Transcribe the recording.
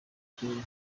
kinini